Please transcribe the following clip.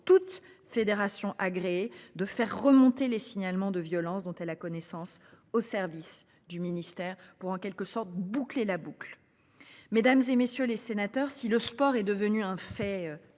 toutes fédérations agréées de faire remonter les signalements de violences dont elle a connaissance au service du ministère pour en quelque sorte boucler la boucle. Mesdames, et messieurs les sénateurs. Si le sport est devenu un fait